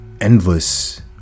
Endless